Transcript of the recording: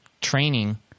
training